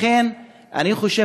לכן אני חושב,